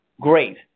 great